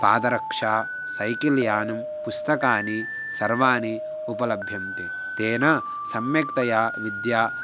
पादरक्षा सैकिल् यानं पुस्तकानि सर्वानि उपलभ्यन्ते तेन सम्यक्तया विद्या